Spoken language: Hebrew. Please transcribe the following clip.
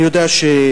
אני יודע שאתה,